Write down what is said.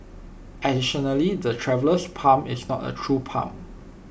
additionally the Traveller's palm is not A true palm